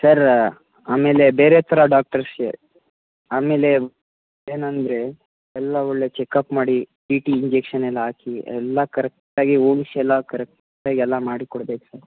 sir ಆಮೇಲೆ ಬೇರೆ ಥರ ಡಾಕ್ಟರ್ಸ್ಗೆ ಆಮೇಲೆ ಏನಂದರೆ ಎಲ್ಲ ಒಳ್ಳೆಯ ಚೆಕಪ್ ಮಾಡಿ ಟಿ ಟಿ ಇಂಜೆಕ್ಷನ್ ಎಲ್ಲ ಹಾಕಿ ಎಲ್ಲ ಕರೆಕ್ಟಾಗಿ ಎಲ್ಲ ಕರೆಕ್ಟಾಗಿ ಎಲ್ಲ ಮಾಡಿ ಕೊಡ್ಬೇಕು ಸರ್